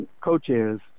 co-chairs